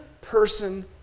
person